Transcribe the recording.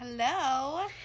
Hello